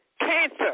Cancer